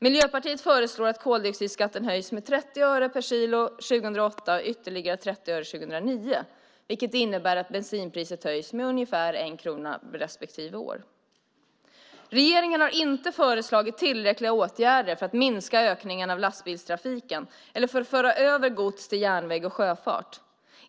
Miljöpartiet föreslår att koldioxidskatten höjs med 30 öre per kilo 2008 och ytterligare 30 öre 2009, vilket innebär att bensinpriset höjs med ungefär 1 krona respektive år. Regeringen har inte föreslagit tillräckliga åtgärder för att minska ökningen av lastbilstrafiken eller för att föra över gods till järnväg och sjöfart.